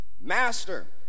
Master